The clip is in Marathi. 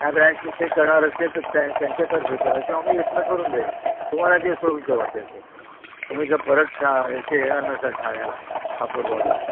त्या ब्रँचचे ते करणार असले तर त्या त्यांच्यातर्फे करा किंवा आम्ही इथून करून देईल तुम्हाला जे सोयीचं वाटेल ते तुम्ही जर परत ठा इथे येणार नसाल ठाण्याला कापूरबावडीला